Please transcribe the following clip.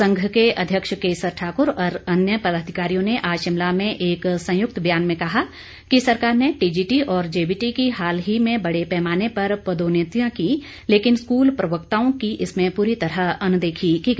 संघ के अध्यक्ष केसर ठाक्र और अन्य पदाधिकारियों ने आज शिमला में एक संयुक्त बयान में कहा कि सरकार ने टीजीटी और जेबीटी की हाल ही में बड़े पैमाने पर पदोंन्नतियां की लेकिन स्कूल प्रवक्ताओं की इसमें पूरी तरह अनदेखी की गई है